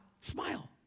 smile